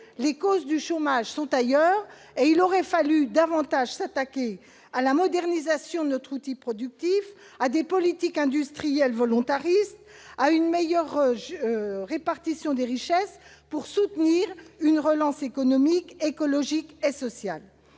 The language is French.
les causes du chômage sont ailleurs. Il aurait fallu davantage s'attaquer à la modernisation de notre outil de production par des politiques industrielles volontaristes et à une meilleure répartition des richesses pour soutenir une relance économique, écologique et sociale.